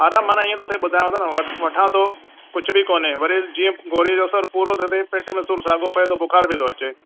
आराम माना इहे थो थिए ॿुधायांव थो न वठां थो कुझु बि कोने वरी जीअं ॻोरी जो असरु पूरो थो थिए वरी पेट में सूरु साॻो पए थो बुखार बि थो अचे